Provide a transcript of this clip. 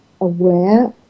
aware